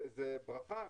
זה ברכה?